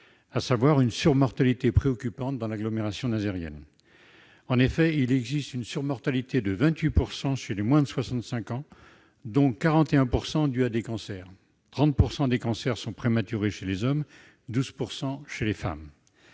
à savoir une surmortalité préoccupante dans l'agglomération nazairienne. En effet, il existe une surmortalité de 28 % chez les moins de 65 ans, 41 % de celle-ci étant due à des cancers, 30 % de ces derniers étant prématurés chez les hommes, 12 % chez les femmes.